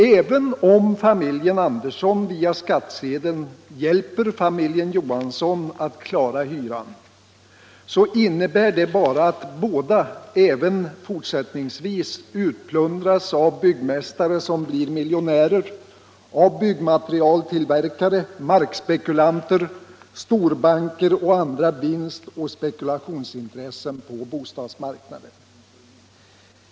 Även om familjen Andersson via skattsedeln hjälper familjen Johansson att klara hyran så innebär det bara att båda även fortsättningsvis utplundras av byggmästare som blir miljonärer, byggmaterialtillverkare, markspekulanter, storbanker och andra vinstoch spekulationsintressen på bostadsmarknaden.